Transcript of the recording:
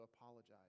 apologize